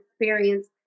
experience